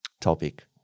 topic